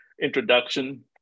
introduction